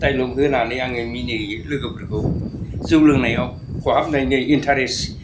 dialogue होनानै आङो मिनिहोयो लोगोफोरखौ जौ लोंनायाव खहाबनायनि इन्ट्रेस्ट